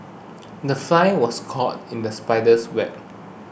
the fly was caught in the spider's web